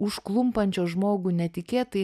užklumpančios žmogų netikėtai